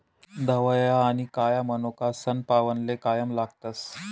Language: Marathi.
धवया आनी काया मनोका सनपावनले कायम लागतस